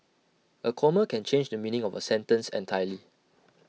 A comma can change the meaning of A sentence entirely